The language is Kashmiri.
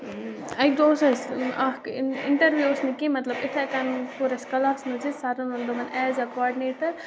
اَکہِ دۄہ اوس اَسہِ اَکھ اِنٹَروِو اوس نہٕ کیٚنٛہہ مطلب اِتھَے کٔنۍ پوٚر اَسہِ کَلاس منٛزٕے سَرن ووٚن دوٚپُن ایز اےٚ کاڈنیٹَر